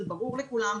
זה ברור לכולם,